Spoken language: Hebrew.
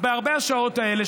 אז בהרבה השעות האלה,